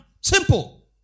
Simple